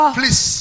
please